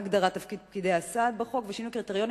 הגדרת תפקיד פקידי הסעד בחוק ושינוי קריטריונים